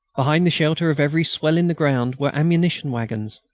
behind the shelter of every swell in the ground were ammunition waggons.